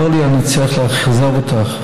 לאורלי, אני צריך לאכזב אותך.